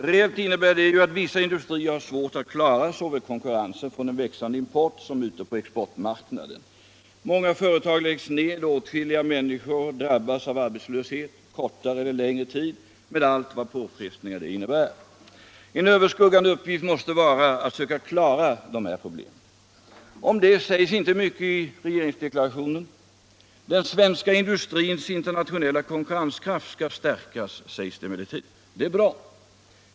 Reelit innebär det att vissa industrier har svårt att klara konkurrensen såväl från en växande import som ute på exportmarknaden. Många företag läggs ned och åtskilliga människor drabbas av arbetslöshet, kortare eller längre tid, med allt av påfrestningar det innebär. En överbryggande uppgift måste vara att söka klara de här problemen. Om det sägs inte mycket i regeringsdeklarationen. Den svenska industrins internationella konkurrenskraft skall stärkas, sägs det emellertid. Det är bra.